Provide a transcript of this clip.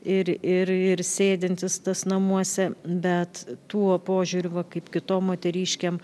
ir ir sėdintis tas namuose bet tuo požiūriu va kaip kito moteriškėm